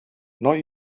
not